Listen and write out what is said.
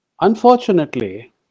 unfortunately